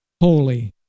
holy